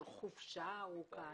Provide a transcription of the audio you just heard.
של חופשה ארוכה.